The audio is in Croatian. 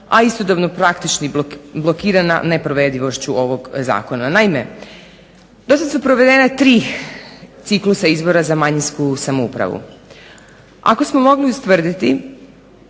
a istodobno praktički blokirana neprovedivošću ovog zakona. Naime, do sada su provedene ciklusa izbor za manjinsku samoupravu. Ako smo mogli ustvrditi